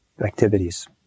activities